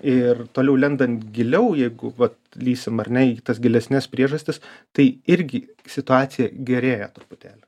ir toliau lendant giliau jėgų vat lįsim ar ne į tas gilesnes priežastis tai irgi situacija gerėja truputėlį